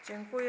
Dziękuję.